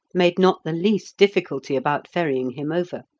made not the least difficulty about ferrying him over.